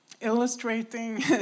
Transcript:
illustrating